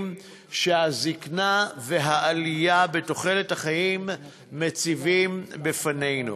שהזיקנה והעלייה בתוחלת החיים מציבות בפנינו.